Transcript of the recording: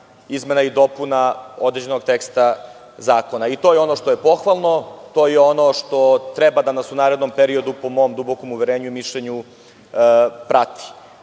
izmena i dopuna određenog teksta zakona i to je ono što je pohvalno, to je ono što treba da nas u narednom period, po mom dubokom uverenju i mišljenju, prati.S